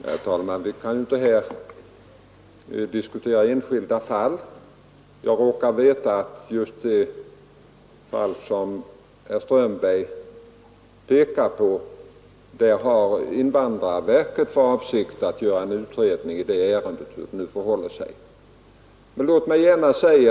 Herr talman! Vi kan inte här diskutera enskilda fall, men jag råkar veta att invandrarverket har för avsikt att göra en utredning om hur det förhåller sig med det ärende som herr Strömberg här har tagit upp.